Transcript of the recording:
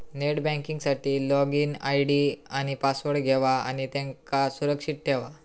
net banking साठी login ID आणि password घेवा आणि त्यांका सुरक्षित ठेवा